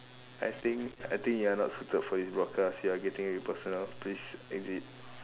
I think I think you are not suited for this broadcast you are getting really personal please exit